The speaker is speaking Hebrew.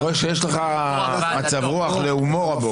אני רואה שיש לך מצב רוח להומור הבוקר.